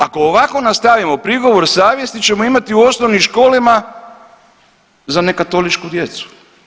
Ako ovako nastavimo prigovor savjesti ćemo imati u osnovnim školama za nekatoličku djecu.